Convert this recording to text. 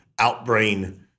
Outbrain